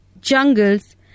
jungles